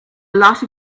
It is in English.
lot